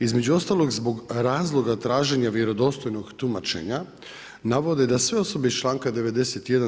Između ostalog, zbog razloga traženja vjerodostojnog tumačenja navode da sve osobe iz čl. 91.